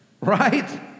right